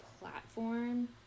platform